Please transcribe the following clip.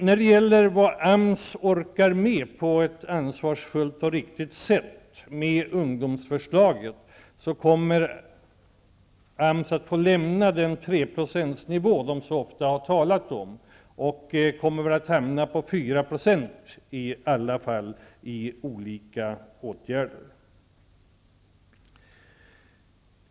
När det gäller detta med vad AMS orkar med på ett ansvarsfullt och riktigt sätt beträffande ungdomsförslaget konstaterar jag att AMS kommer att få lämna den treprocentsnivå som man så ofta har talat om. Man kommer i alla fall att hamna på 4 % i fråga om dem som är föremål för olika åtgärder.